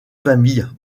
famille